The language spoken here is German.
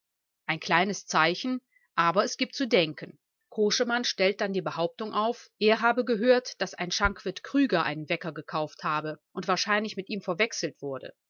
ein kleines zeichen aber es gibt zu denken koschemann stellt dann die behauptung auf er habe gehört daß ein schankwirt krüger einen wecker gekauft habe und wahrscheinlich mit ihm verwechselt werde